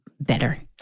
better